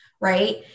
right